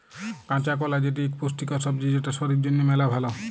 কাঁচা কলা যেটি ইক পুষ্টিকর সবজি যেটা শরীর জনহে মেলা ভাল